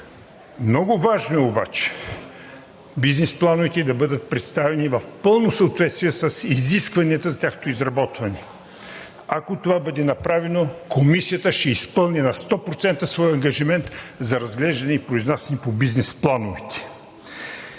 Много важно е обаче бизнес плановете да бъдат представени в пълно съответствие с изискванията за тяхното изработване. Ако това бъде направено, Комисията ще изпълни на 100% своя ангажимент за разглеждане и произнасяне по бизнес плановете.